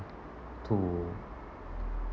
to